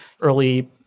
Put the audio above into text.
early